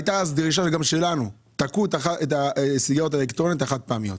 הייתה גם דרישה שלנו לייקר את הסיגריות האלקטרוניות החד פעמיות.